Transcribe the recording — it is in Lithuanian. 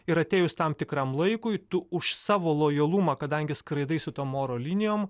ir atėjus tam tikram laikui tu už savo lojalumą kadangi skraidai su tom oro linijom